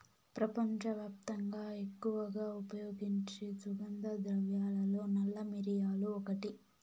ప్రపంచవ్యాప్తంగా ఎక్కువగా ఉపయోగించే సుగంధ ద్రవ్యాలలో నల్ల మిరియాలు ఒకటి